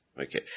Okay